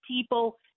people